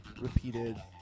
repeated